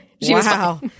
Wow